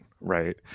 right